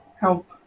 help